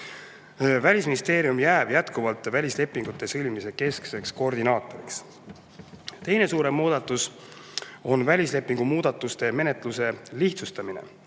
Välisministeerium jääb jätkuvalt välislepingute sõlmimise keskseks koordinaatoriks. Teine suurem muudatus on välislepingu muudatuste menetluse lihtsustamine,